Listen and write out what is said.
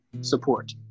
support